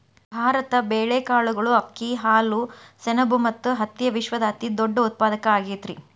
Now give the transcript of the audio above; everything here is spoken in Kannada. ಭಾರತ ಬೇಳೆ, ಕಾಳುಗಳು, ಅಕ್ಕಿ, ಹಾಲು, ಸೆಣಬ ಮತ್ತ ಹತ್ತಿಯ ವಿಶ್ವದ ಅತಿದೊಡ್ಡ ಉತ್ಪಾದಕ ಆಗೈತರಿ